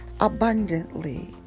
abundantly